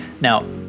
Now